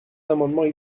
amendements